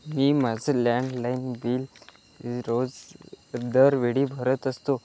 मी माझं landline bill रोज दरवेळी भरत असतो